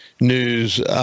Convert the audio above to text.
News